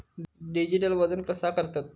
Digital वजन कसा करतत?